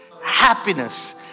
happiness